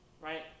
Right